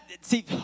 See